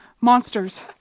monsters